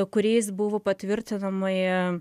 kuriais buvo patvirtinami